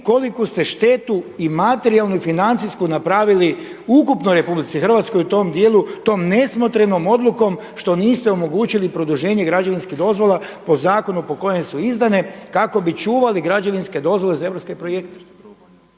koliku ste štetu i materijalnu i financijsku napravili ukupno u RH u tom dijelu, tom nesmotrenom odlukom što niste omogućili produženje građevinskih dozvola po zakonu po kojem su izdane kako bi čuvali građevinske dozvole za europske projekte.